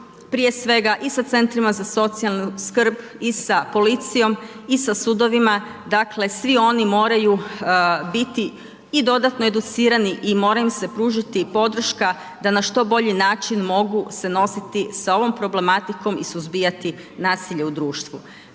prije svega i sa centrima za socijalnu skrb i sa policijom i sa sudovima, dakle svi oni moraju biti i dodatno educirani i mora im se pružiti podrška da na što bolji način se mogu nositi sa ovom problematikom i suzbijati nasilje u društvu.